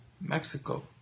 Mexico